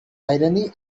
irony